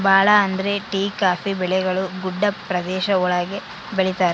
ಭಾಳ ಅಂದ್ರೆ tea coffee ಬೆಳೆಗಳು ಗುಡ್ಡ ಪ್ರದೇಶ ಒಳಗ ಬೆಳಿತರೆ